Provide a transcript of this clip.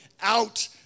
out